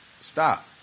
Stop